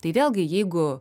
tai vėlgi jeigu